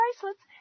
bracelets